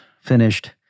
finished